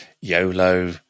YOLO